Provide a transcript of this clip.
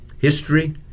history